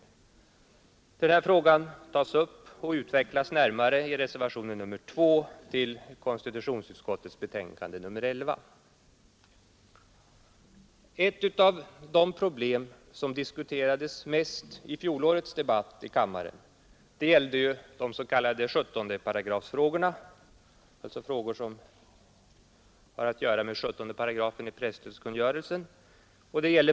Den här frågan tas upp och utvecklas närmare i reservationen 2 i konstitutionsutskottets betänkande nr 11. Ett av de problem som diskuterades mest i fjolårets debatt i kammaren gällde de s.k. 17 §-frågorna, — dvs. frågor som har att göra stödjande ändamål med 17 § i presstödskungörelsen.